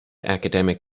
academic